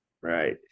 Right